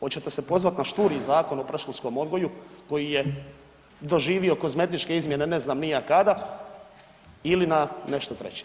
Oćete se pozvat na šturi Zakon o predškolskom odgoju koji je doživio kozmetičke izmjene, ne znam ni ja kada ili na nešto treće?